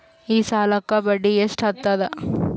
ಈ ಸಾಲಕ್ಕ ಬಡ್ಡಿ ಎಷ್ಟ ಹತ್ತದ?